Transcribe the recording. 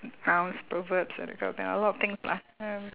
nouns proverbs uh that kind of thing a lot of things lah !hais!